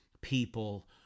people